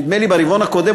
נדמה לי שברבעון הקודם,